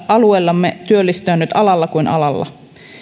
alueellamme työllistyä nyt alalla kuin alalla